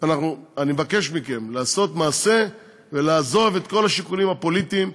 אני מבקש מכם לעשות מעשה ולעזוב את כל השיקולים הפוליטיים,